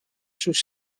sus